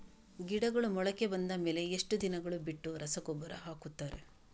ಗಿಡಗಳು ಮೊಳಕೆ ಬಂದ ಮೇಲೆ ಎಷ್ಟು ದಿನಗಳು ಬಿಟ್ಟು ರಸಗೊಬ್ಬರ ಹಾಕುತ್ತಾರೆ?